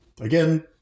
Again